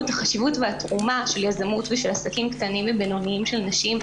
את החשיבות והתרומה של יזמות ושל עסקים קטנים ובינוניים של נשים,